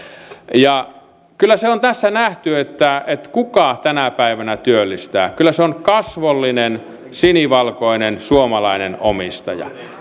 ja kyllä se on tässä nähty kuka tänä päivänä työllistää kyllä se on kasvollinen sinivalkoinen suomalainen omistaja